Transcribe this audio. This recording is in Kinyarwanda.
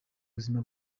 buzima